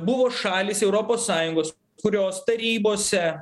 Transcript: buvo šalys europos sąjungos kurios tarybose